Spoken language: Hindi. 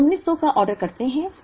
हम 1900 का ऑर्डर करते हैं